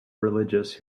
religious